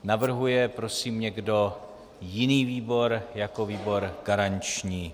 Navrhuje prosím někdo jiný výbor jako výbor garanční?